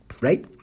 right